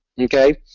okay